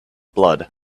blood